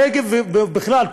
בכלל,